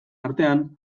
artean